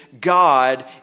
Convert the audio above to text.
God